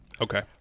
okay